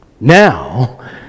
now